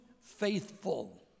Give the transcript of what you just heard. faithful